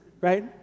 right